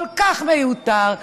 כל כך מיותר,